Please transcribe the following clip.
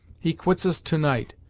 he quits us to-night,